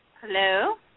Hello